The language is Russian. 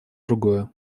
другое